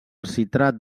citrat